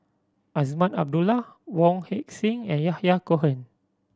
Azman Abdullah Wong Heck Sing and Yahya Cohen